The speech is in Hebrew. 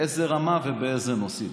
באיזו רמה ובאילו נושאים.